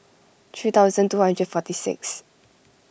three thousand two hundred forty sixth